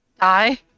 Die